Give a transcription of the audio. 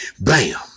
Bam